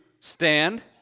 stand